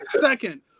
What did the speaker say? Second